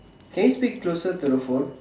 can you speak closer to the phone